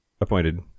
appointed